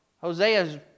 Hosea's